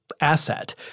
asset